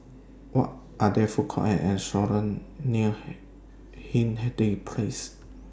Are There Food Courts Or restaurants near Hindhede Place